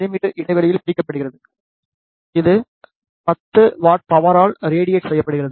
me இடைவெளியில் பிரிக்கப்படுகிறது இது 10 W பவரால் ரேடியட் செய்யப்படுகிறது